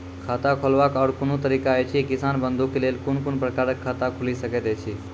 खाता खोलवाक आर कूनू तरीका ऐछि, किसान बंधु के लेल कून कून प्रकारक खाता खूलि सकैत ऐछि?